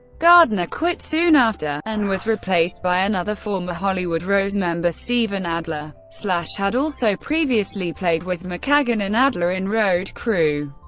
gardner quit soon after and was replaced by another former hollywood rose member, steven adler. slash had also previously played with mckagan and adler in road crew.